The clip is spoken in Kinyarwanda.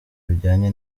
bijyanye